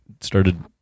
started